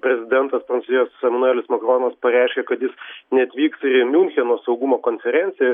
prezidentas prancūzijos emanuelis makronas pareiškė kad jis neatvyks ir į miuncheno saugumo konferenciją